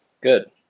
Good